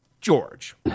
George